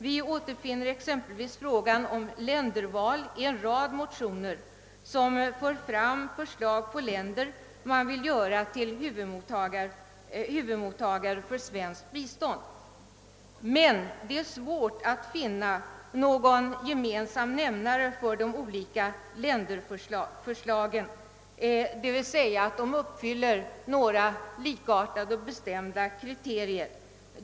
Vi återfinner exempelvis i en rad motioner frågan om ländervalet. Man för fram förslag på länder som man vill göra till huvudmottagare för svenskt bistånd. Det är emellertid svårt att finna någon gemensam nämnare för de olika länderförslagen så till vida att de skulle uppfylla några likartade och bestämda kriterier.